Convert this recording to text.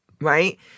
right